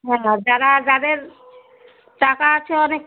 হ্যাঁ যারা যাদের টাকা আছে অনেক